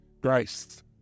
grace